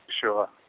sure